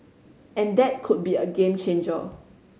and that could be a game changer